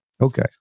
okay